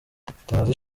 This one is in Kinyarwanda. mutabazi